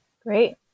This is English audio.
Great